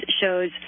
shows